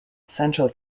central